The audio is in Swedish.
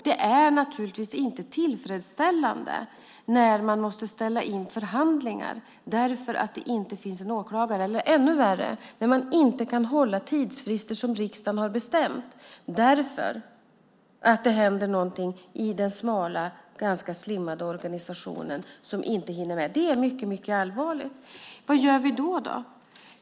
Det är naturligtvis inte tillfredsställande när man måste ställa in förhandlingar därför att det inte finns en åklagare eller, ännu värre, när man inte kan hålla tidsfrister som riksdagen har bestämt därför att det händer någonting i den smala ganska slimmade organisationen som gör att man inte hinner med. Det är mycket allvarligt. Vad gör vi då?